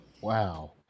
Wow